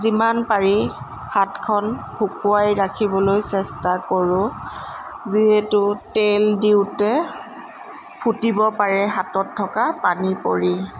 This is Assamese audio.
যিমান পাৰি হাতখন শুকুৱাই ৰাখিবলৈ চেষ্টা কৰোঁ যিহেতু তেল দিওঁতে ফুটিব পাৰে হাতত থকা পানী পৰি